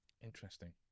interesting